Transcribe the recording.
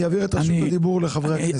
אני אעביר את רשות הדיבור לחברי הכנסת.